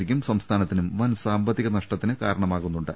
സിക്കും സംസ്ഥാനത്തിനും വൻ സാമ്പത്തിക നഷ്ടത്തിന് കാരണമാകുന്നുണ്ട്